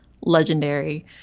legendary